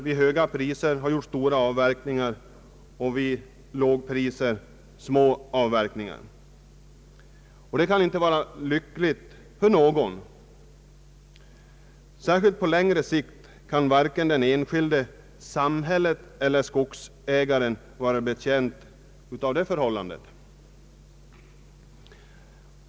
Vid höga priser har man gjort stora avverkningar, och vid låga priser små avverkningar. Det kan inte vara lyckligt för någon. Särskilt på längre sikt kan varken den enskilde, samhället eller skogsägaren vara betjänt av ett sådant förhållande.